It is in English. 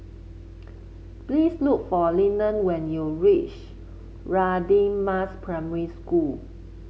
please look for Lyndon when you reach Radin Mas Primary School